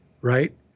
right